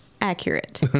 Accurate